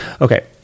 Okay